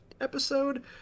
episode